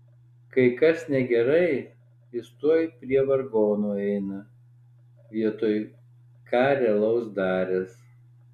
kai kas negerai jis tuoj prie vargonų eina vietoj ką realaus daręs